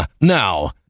now